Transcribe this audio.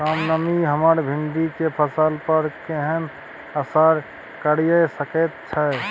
कम नमी हमर भिंडी के फसल पर केहन असर करिये सकेत छै?